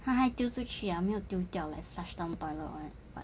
!huh! 还丢出去啊没有丢掉 like flush down the toilet all that